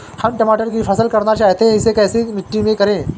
हम टमाटर की फसल करना चाहते हैं इसे कैसी मिट्टी में करें?